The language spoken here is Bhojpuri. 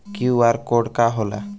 क्यू.आर कोड का होला?